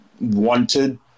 wanted